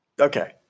Okay